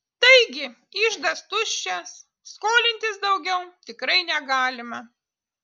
taigi iždas tuščias skolintis daugiau tikrai negalima